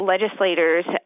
legislators